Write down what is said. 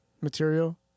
material